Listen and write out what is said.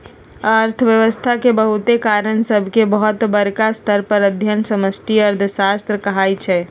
अर्थव्यवस्था के बहुते कारक सभके बहुत बरका स्तर पर अध्ययन समष्टि अर्थशास्त्र कहाइ छै